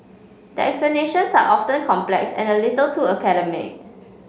the explanations are often complex and a little too academic